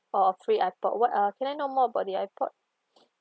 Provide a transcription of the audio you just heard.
oh free ipod what uh can I know more about the ipod